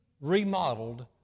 remodeled